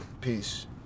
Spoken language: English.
Peace